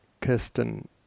Kirsten